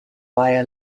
via